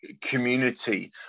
community